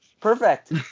Perfect